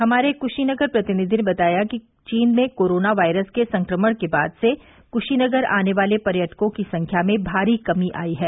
हमारे कुशीनगर प्रतिनिधि ने बताया कि चीन में कोरोना वायरस के संक्रमण के बाद से कुशीनगर आने वाले पर्यटकों की संख्या में भारी कमी आयी है